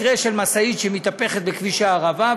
מקרה של משאית שמתהפכת בכביש הערבה,